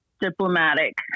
diplomatic